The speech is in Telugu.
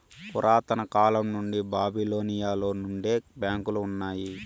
పురాతన కాలం నుండి బాబిలోనియలో నుండే బ్యాంకులు ఉన్నాయి